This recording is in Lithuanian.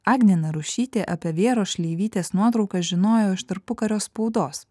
agnė narušytė apie vėros šleivytės nuotraukas žinojo iš tarpukario spaudos